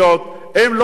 הם לא חלק מתוכניות,